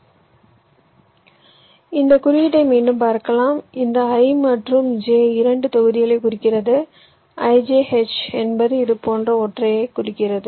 எனவே இந்த குறியீட்டை மீண்டும் பார்க்கலாம் இந்த i மற்றும் j இரண்டு தொகுதிகளைக் குறிக்கிறது ijH என்பது இது போன்ற ஒன்றைக் குறிக்கிறது